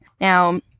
Now